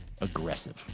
aggressive